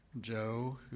Joe